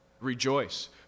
Rejoice